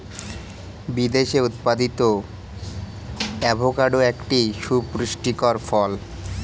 বিদেশে উৎপাদিত অ্যাভোকাডো একটি সুপুষ্টিকর ফল